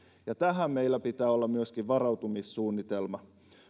tähän meillä pitää myöskin olla varautumissuunnitelma